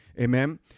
amen